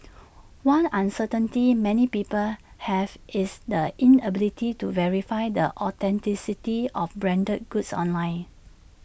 one uncertainty many people have is the inability to verify the authenticity of branded goods online